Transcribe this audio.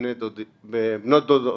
בנות דודות.